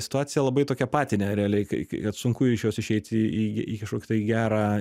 situacija labai tokia patinė realiai kai kad sunku iš jos išeit į į kažkokį tai gerą